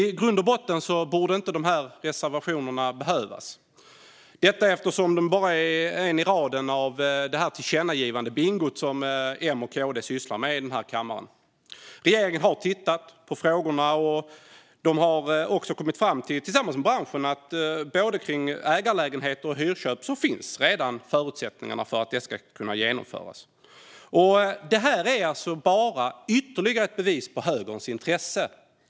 I grund och botten borde inte de här reservationerna behövas, eftersom det bara är fråga om ett i raden i det tillkännagivandebingo som M och KD sysslar med i den här kammaren. Regeringen har tittat på frågorna och tillsammans med branschen kommit fram till att det redan finns förutsättningar för att både ägarlägenheter och hyrköp ska kunna genomföras. Det här är alltså bara ytterligare ett bevis på vad som är högerns intresse.